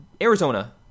Arizona